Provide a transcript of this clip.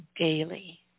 daily